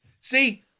See